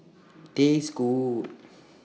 Taste Good